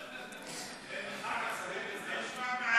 זה נשמע מעניין.